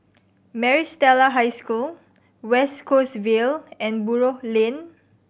Maris Stella High School West Coast Vale and Buroh Lane